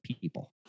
people